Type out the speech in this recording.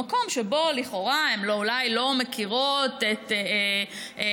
במקום שבו לכאורה הן אולי לא מכירות את השוק,